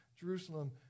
Jerusalem